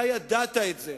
אתה ידעת את זה,